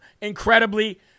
incredibly